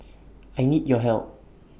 I need your help